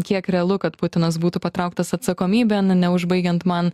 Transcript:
kiek realu kad putinas būtų patrauktas atsakomybėn neužbaigiant man